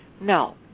No